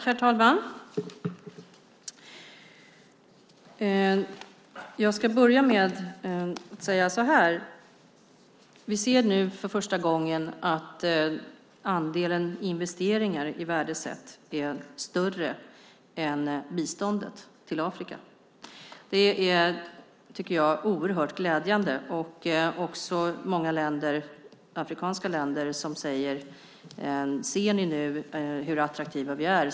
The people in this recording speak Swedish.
Herr talman! Vi ser nu för första gången att andelen investeringar i värde sett är större än biståndet till Afrika. Det tycker jag är oerhört glädjande. Många afrikanska länder säger: Ser ni nu hur attraktiva vi är?